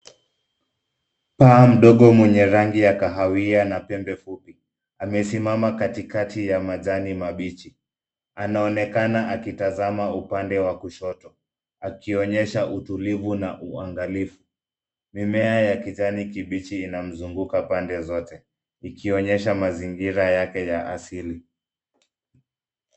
Paa mdogo mwenye rangi ya kahawia ana pembe fupi; amesimama katikati ya majani mabichi. Anaonekana akitazama upande wa kushoto, akionyesha utulivu na uangalifu. Mimea ya kijani kibichi inamzunguka pande zote, ikionyesha mazingira yake ya asili.